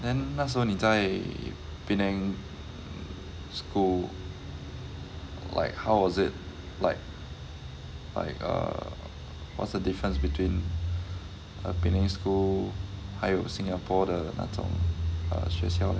then 那时候你在 penang school like how was it like like err what's the difference between a penang school 还有 singapore 的那种 err 学校